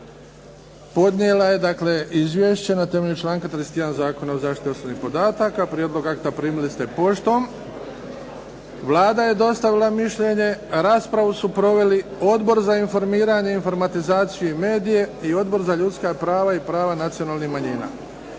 Podnijela je dakle izvješće na temelju članka 31. Zakona o zaštiti osnovnih podataka. Prijedlog akta primili ste poštom. Vlada je dostavila mišljenje. Raspravu su proveli Odbor za informiranje, informatizaciju i medije i Odbor za ljudska prava i prava nacionalnih manjina.